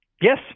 Yes